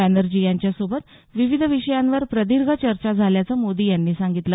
बॅनर्जी यांच्यासोबत विविध विषयांवर प्रदीर्घ चर्चा झाल्याचं मोदी यांनी सांगितलं